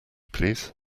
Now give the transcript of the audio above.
please